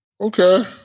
Okay